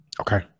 Okay